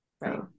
Right